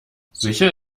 sicher